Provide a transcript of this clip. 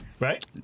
Right